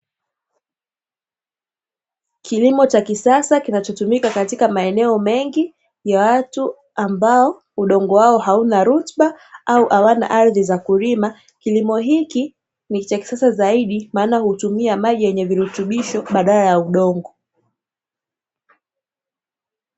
Kilimo cha kisasa kinachotumika katika maeneo mengi ya watu ambao udongo wao hauna rutuba au hawana ardhi za kulima. Kilimo hiki ni cha kisasa zaidi maana hutumia maji yenye virutubisho badala ya udongo.